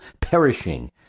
perishing